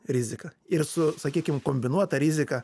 rizika ir su sakykim kombinuota rizika